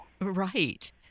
Right